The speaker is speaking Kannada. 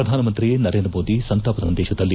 ಪ್ರಧಾನಮಂತ್ರಿ ನರೇಂದ್ರ ಮೋದಿ ಸಂತಾಪ ಸಂದೇಶದಲ್ಲಿ